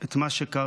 את מה שקרה,